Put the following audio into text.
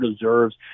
deserves